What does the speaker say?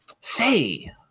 Say